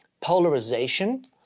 polarization